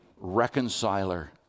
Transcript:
Reconciler